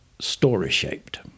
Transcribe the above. story-shaped